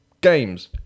games